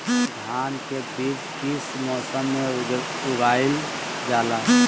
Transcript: धान के बीज किस मौसम में उगाईल जाला?